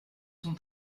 son